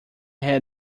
had